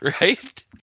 right